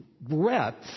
breadth